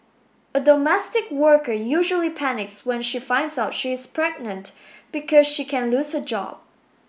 a domestic worker usually panics when she finds out she is pregnant because she can lose her job